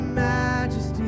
majesty